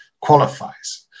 qualifies